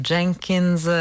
Jenkins